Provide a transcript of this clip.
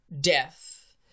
death